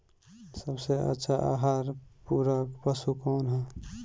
सबसे अच्छा आहार पूरक पशु कौन ह?